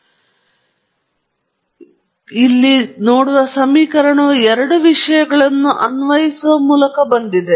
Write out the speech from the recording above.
ಆದ್ದರಿಂದ ನೀವು ಇಲ್ಲಿ ನೋಡುವ ಸಮೀಕರಣವು ಎರಡು ವಿಷಯಗಳನ್ನು ಅನ್ವಯಿಸುವ ಮೂಲಕ ಬಂದಿದೆ